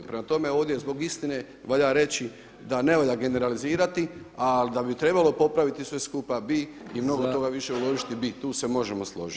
Prema tome, ovdje zbog istine valja reći da ne valja generalizirati ali da bi trebalo popraviti sve skupa bi i mnogo toga više uložiti bi i tu se možemo složiti.